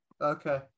Okay